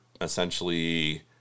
essentially